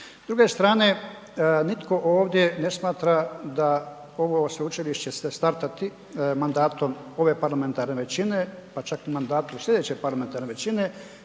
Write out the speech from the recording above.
S druge strane, nitko ovdje ne smatra da ovo sveučilište će startati mandatom ove parlamentarne većine, pa čak i u mandatu slijedeće parlamentarne većine